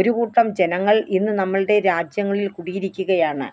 ഒരു കൂട്ടം ജനങ്ങള് ഇന്ന് നമ്മളുടെ രാജ്യങ്ങളില് കുടിയിരിക്കുകയാണ്